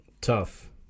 Tough